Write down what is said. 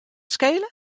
skele